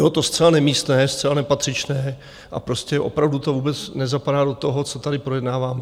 Bylo to zcela nemístné, zcela nepatřičné a prostě opravdu to vůbec nezapadá do toho, co tady projednáváme.